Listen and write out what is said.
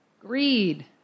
Greed